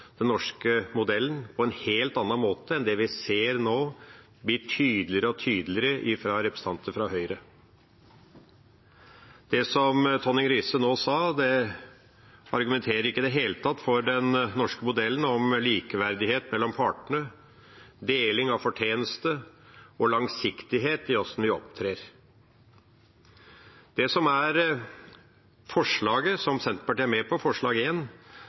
den norske modellen på en helt annen måte enn det vi nå ser bli tydeligere og tydeligere fra representanter fra Høyre. Det som Tonning Riise nå sa, argumenterer ikke i det hele tatt for den norske modellen med likeverdighet mellom partene, deling av fortjeneste og langsiktighet i hvordan vi opptrer. I forslag nr. 1, som Senterpartiet er med på,